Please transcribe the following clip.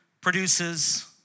produces